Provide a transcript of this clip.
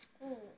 school